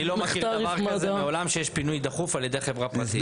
אני לא מכיר דבר כזה מעולם שיש פינוי דחוף על ידי חברה פרטית.